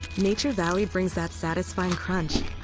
nature valley brings that satisfying crunch.